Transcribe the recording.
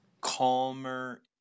calmer